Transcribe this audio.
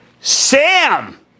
Sam